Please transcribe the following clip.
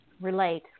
Relate